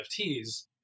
nfts